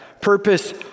purpose